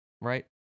right